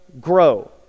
grow